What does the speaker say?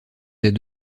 des